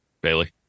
bailey